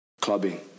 clubbing